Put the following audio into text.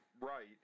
right